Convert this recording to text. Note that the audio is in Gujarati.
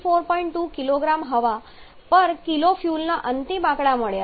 2 કિગ્રા હવાકિલો ફ્યુઅલના અંતિમ આંકડા મળ્યા છે